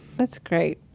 that's great.